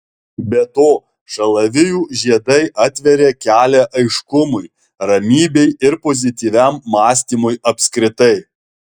be to šalavijų žiedai atveria kelią aiškumui ramybei ir pozityviam mąstymui apskritai